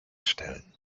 stellen